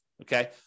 okay